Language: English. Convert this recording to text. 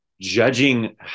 judging